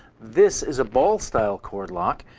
this is a ball-style cord lock.